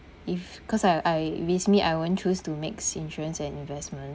if cause I I wish me I won't choose to mix insurance and investment